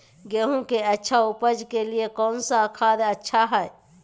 गेंहू के अच्छा ऊपज के लिए कौन खाद अच्छा हाय?